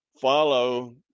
follow